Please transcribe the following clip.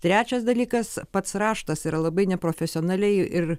trečias dalykas pats raštas yra labai neprofesionaliai ir